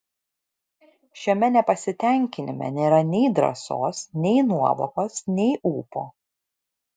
šiame nepasitenkinime nėra nei drąsos nei nuovokos nei ūpo